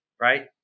right